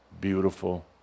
beautiful